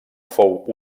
fou